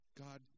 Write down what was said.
God